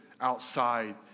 outside